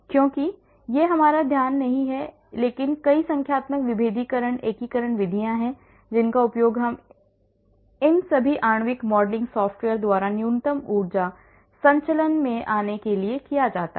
क्योंकि यह हमारा ध्यान नहीं है लेकिन कई संख्यात्मक विभेदीकरण एकीकरण विधियां हैं जिनका उपयोग इन सभी आणविक मॉडलिंग सॉफ्टवेयर द्वारा न्यूनतम ऊर्जा संचलन में आने के लिए किया जाता है